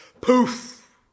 poof